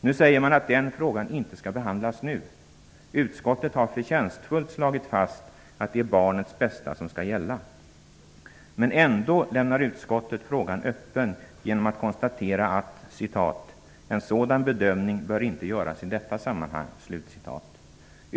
Man säger att den frågan inte skall behandlas nu. Utskottet har förtjänstfullt slagit fast att det är barnets bästa som skall gälla. Men utskottet lämnar ändå frågan öppen genom att konstatera att ''En sådan bedömning bör inte göras i detta sammanhang.''